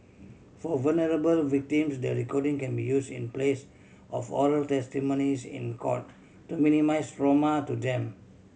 for vulnerable victims the recording can be use in place of oral testimonies in court to minimise trauma to them